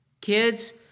Kids